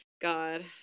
God